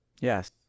yes